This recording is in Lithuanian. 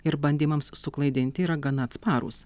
ir bandymams suklaidinti yra gana atsparūs